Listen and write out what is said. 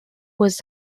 was